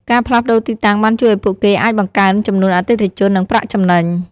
ការផ្លាស់ប្តូរទីតាំងបានជួយឱ្យពួកគេអាចបង្កើនចំនួនអតិថិជន និងប្រាក់ចំណេញ។